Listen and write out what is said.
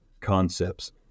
concepts